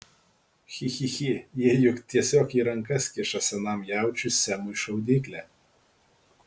chi chi chi jie juk tiesiog į rankas kiša senam jaučiui semui šaudyklę